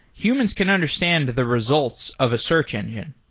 humans can understand the results of a search engine.